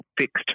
fixed